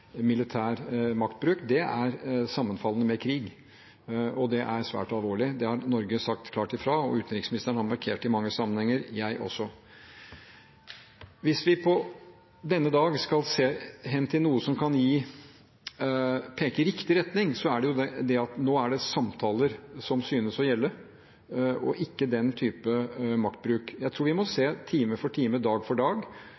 militær maktbruk – det er sammenfallende med krig, og det er svært alvorlig. Det har Norge sagt klart ifra om, og utenriksministeren har markert det i mange sammenhenger – jeg også. Hvis vi på denne dag skal se hen til noe som kan peke i riktig retning, er det at nå er det samtaler som synes å gjelde, og ikke den type maktbruk. Jeg tror vi må